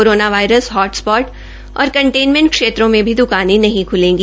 corona virus hotspot और containment क्षेत्रों में भी दकानें नहीं खलेंगी